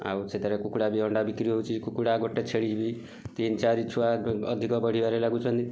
ଆଉ ସେଥିରେ କୁକୁଡ଼ା ବି ଅଣ୍ଡା ବିକ୍ରି ହେଉଛି କୁକୁଡ଼ା ଗୋଟେ ଛେଳି ବି ତିନି ଚାରି ଛୁଆ ଏବେ ଅଧିକ ବଢ଼ିବାରେ ଲାଗୁଛନ୍ତି